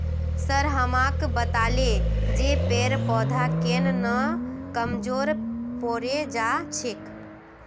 sir हमाक बताले जे पेड़ पौधा केन न कमजोर पोरे जा छेक